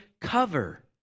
cover